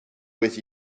with